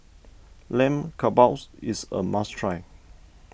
Lamb Kebabs is a must try